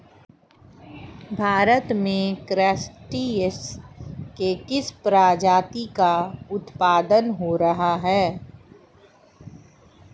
भारत में क्रस्टेशियंस के किस प्रजाति का उत्पादन हो रहा है?